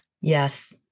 yes